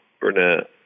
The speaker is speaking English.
Burnett